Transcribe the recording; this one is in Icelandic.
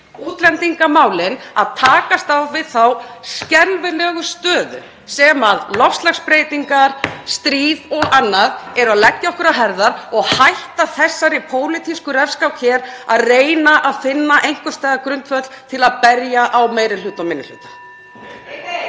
útlendingamálin, að takast á við þá skelfilegu stöðu sem loftslagsbreytingar, (Forseti hringir.) stríð og annað leggja okkur á herðar og hætta þessari pólitísku refskák hér að finna einhvers staðar grundvöll til að berja á meiri hluta og minni hluta.